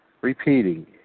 repeating